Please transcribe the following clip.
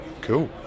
Cool